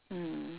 mm